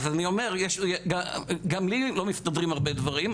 גם לי לא מסתדרים הרבה דברים.